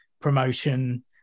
promotion